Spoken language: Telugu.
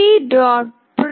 print lcd